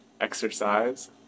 exercise